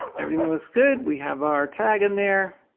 everything looks good. we have our tag in there,